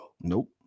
nope